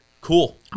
Cool